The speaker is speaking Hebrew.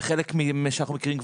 וחלק ממי שאנחנו מכירים,